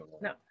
No